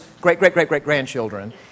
great-great-great-great-grandchildren